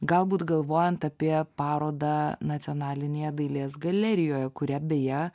galbūt galvojant apie parodą nacionalinėje dailės galerijoje kurią beje